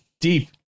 Deep